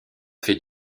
fait